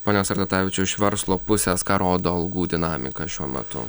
pone sartatavičiau iš verslo pusės ką rodo algų dinamika šiuo metu